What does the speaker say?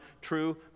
true